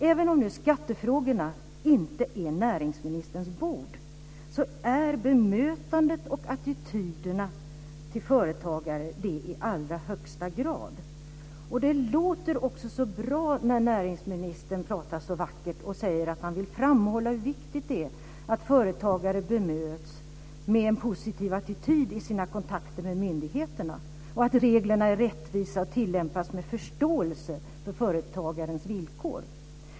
Även om nu skattefrågorna inte är näringsministerns bord, är bemötandet av och attityderna till företagare det i allra högsta grad. Det låter så bra när näringsministern pratar vackert och säger att han vill framhålla hur viktigt det är att företagare bemöts med en positiv attityd i sina kontakter med myndigheterna och att reglerna är rättvisa och tillämpas med förståelse för företagarens villkor.